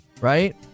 Right